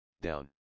down